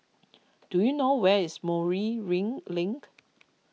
do you know where is Moreel ring Link